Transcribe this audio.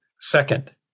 Second